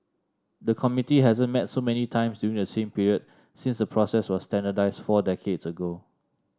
the committee hasn't met so many times during the same period since the process was standardised four decades ago